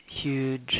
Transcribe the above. huge